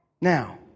Now